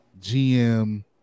GM